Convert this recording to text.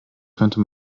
könnte